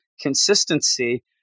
consistency